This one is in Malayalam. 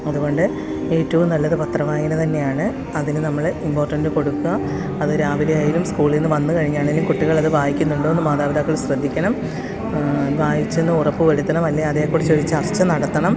അതുകൊണ്ട് ഏറ്റവും നല്ലത് പത്രവായന തന്നെയാണ് അതിനു നമ്മള് ഇംപോർട്ടൻ്റ് കൊടുക്കുക അത് രാവിലെയായാലും സ്കൂളിൽ നിന്നും വന്ന് കഴിഞ്ഞാലും കുട്ടികൾ അത് വായിക്കുന്നുണ്ടോന്ന് മാതാപിതാക്കൾ ശ്രദ്ധിക്കണം വായിച്ചെന്ന് ഉറപ്പുവരുത്തണം അല്ലേ അതേകുറിച്ച് ഒരു ചർച്ച നടത്തണം